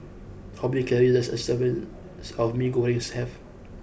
how many calories does a serving of Mee Goreng have